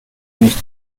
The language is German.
nicht